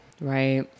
Right